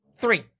three